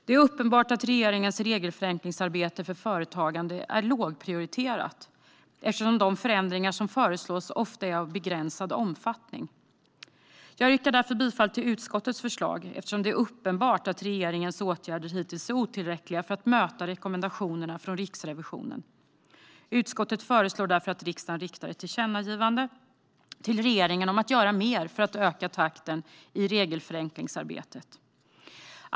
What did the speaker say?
Det är uppenbart att regeringens regelförenklingsarbete för företagande är lågprioriterat, eftersom de förändringar som föreslås ofta är av begränsad omfattning. Jag yrkar därför bifall till utskottets förslag eftersom det är uppenbart att regeringens åtgärder hittills är otillräckliga för att möta rekommendationerna från Riksrevisionen. Utskottet föreslår därför att riksdagen riktar ett tillkännagivande till regeringen om att göra mer för att öka takten i regelförenklingsarbetet.